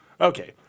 Okay